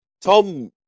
Tom